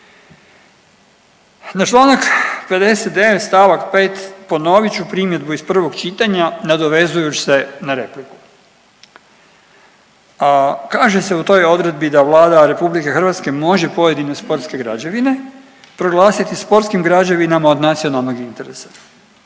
Na članak 59. stavak 5. ponovit ću primjedbu iz prvog čitanja nadovezujući se na repliku. Kaže se u toj odredbi da Vlada RH može pojedine sportske građevine proglasiti sportskim građevinama od nacionalnog interesa.